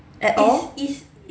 at all